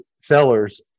sellers